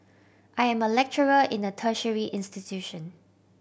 I am a lecturer in a tertiary institution